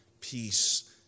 peace